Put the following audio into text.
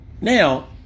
now